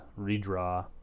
redraw